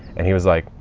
and he was like,